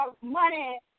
money